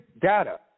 data